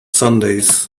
sundays